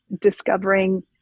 discovering